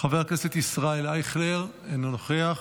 חבר הכנסת ישראל אייכלר, אינו נוכח.